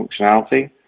functionality